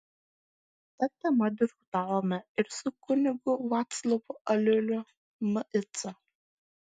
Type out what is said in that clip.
ta tema diskutavome ir su kunigu vaclovu aliuliu mic